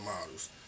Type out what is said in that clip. models